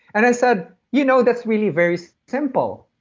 and i said, you know, that's really very simple.